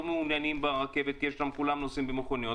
מעוניינים ברכבת כי כולם נוסעים שם במכוניות,